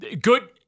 Good